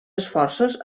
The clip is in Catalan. esforços